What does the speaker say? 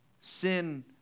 Sin